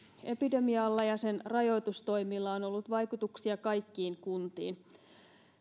epidemialla ja sen rajoitustoimilla on ollut vaikutuksia kaikkiin kuntiin